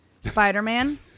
Spider-Man